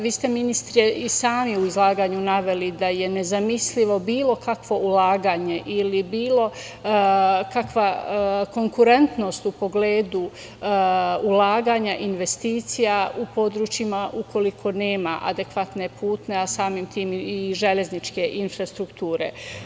Vi ste ministre i sami u izlaganju naveli da je nezamislivo bilo kakvo ulaganje ili bilo kakva konkurentnost u pogledu ulaganja investicija u područjima ukoliko nema adekvatne putne, a samim tim i železničke infrastrukture.